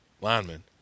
linemen